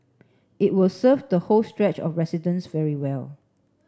it will serve the whole stretch of residents very well